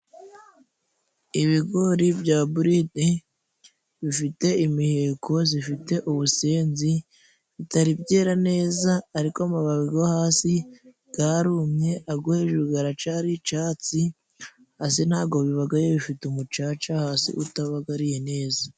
Ibigori bya buride bifite imiheko zifite ubusenzi bitari byera neza, ariko amababi go hasi garumye, ago hejuru garacari icatsi, hasi ntabwo bibagaye, bifite umucaca hasi utabagariye neza.